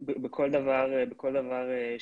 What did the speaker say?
בכל דבר שאצטרך.